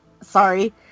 Sorry